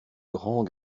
grands